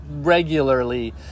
regularly